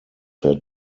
had